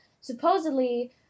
supposedly